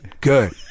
good